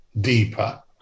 deeper